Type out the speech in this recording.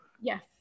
Yes